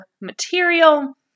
material